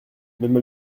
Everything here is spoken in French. même